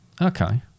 okay